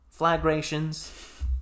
flagrations